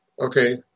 okay